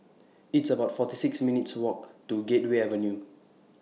It's about forty six minutes' Walk to Gateway Avenue